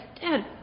dad